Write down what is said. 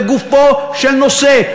לגופו של נושא.